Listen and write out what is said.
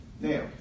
Now